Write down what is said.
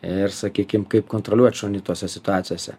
ir sakykim kaip kontroliuot šunį tose situacijose